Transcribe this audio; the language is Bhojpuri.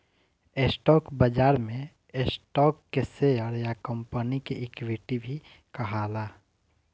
स्टॉक बाजार में स्टॉक के शेयर या कंपनी के इक्विटी भी कहाला